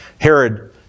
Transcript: Herod